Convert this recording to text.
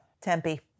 Tempe